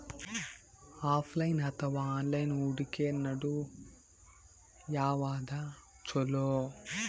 Offline ಅಥವಾ online ಹೂಡಿಕೆ ನಡು ಯವಾದ ಛೊಲೊ?